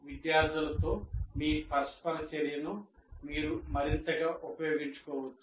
విద్యార్థులతో మీ పరస్పర చర్యను మీరు మరింతగా ఉపయోగించుకోవచ్చు